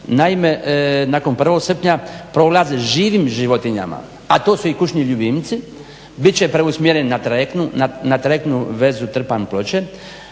Naime nakon 1.srpnja prolaz živim životinjama a to su i kućni ljubimci bit će preusmjeren na trajektnu vezu Trpanj-Ploče,